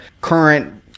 current